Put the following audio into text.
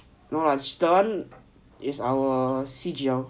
no lah that [one] is our C_G_L